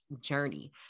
journey